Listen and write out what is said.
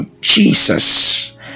Jesus